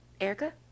erica